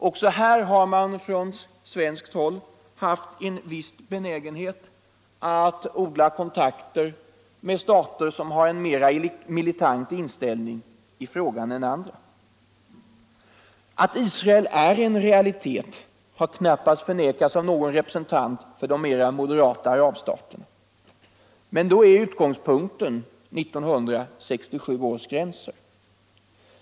Också här har man från svenskt håll haft en viss benägenhet att odla kontakter med stater som har en mer militant inställning i frågan än andra. Att Israel är en realitet har knappast förnekats av någon representant 109 och valutapolitisk debatt 110 för de mer moderata arabstaterna. Men då är utgångspunkten 1967 års gränser.